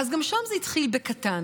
אז גם שם זה התחיל בקטן.